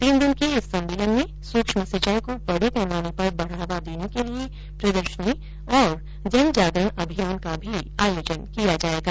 तीन दिन के इस सम्मेलन में सुक्ष्म सिंचाई को बडे पैमाने पर बढावा देने के लिए प्रदर्शनी और जन जागरण अभियान का भी आयोजन किया जायेगा